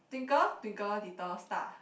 twinkle twinkle little star